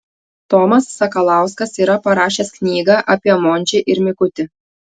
tomas sakalauskas yra parašęs knygą apie mončį ir mikutį